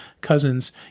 cousins